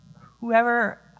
whoever